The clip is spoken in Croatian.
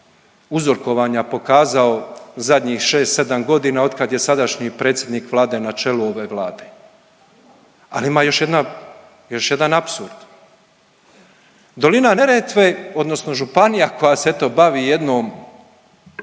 uzorkovanja pokazao zadnjih 6, 7 godina od kad je sadašnji predsjednik Vlade na čelu ove Vlade, ali ima još jedna, još jedan apsurd. Dolina Neretve, odnosno županija koja se eto, bavi jednom